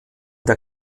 der